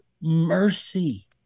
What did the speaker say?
mercy